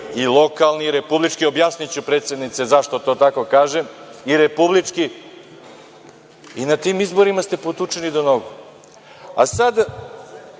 i lokalni i republički. Objasniću, predsednice, zašto to tako kažem, i na tim izborima ste potučeni do nogu, a sada,